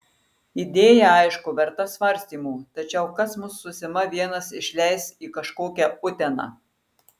idėja aišku verta svarstymų tačiau kas mus su sima vienas išleis į kažkokią uteną